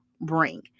bring